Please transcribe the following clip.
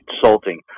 consulting